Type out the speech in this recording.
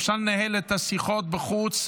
אפשר לנהל את השיחות בחוץ.